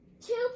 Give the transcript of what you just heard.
two